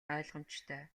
ойлгомжтой